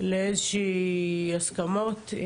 לאיזשהן הסכמות.